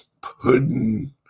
pudding